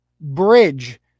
bridge